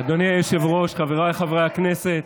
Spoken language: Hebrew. אדוני היושב-ראש, חבריי חברי הכנסת,